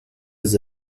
his